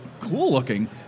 cool-looking